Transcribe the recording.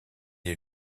est